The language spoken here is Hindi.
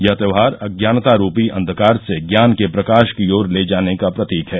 यह त्यौहार अज्ञानता रूपी अंधकार से ज्ञान के प्रकाश की ओर ले जाने का प्रतीक है